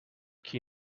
key